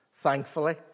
Thankfully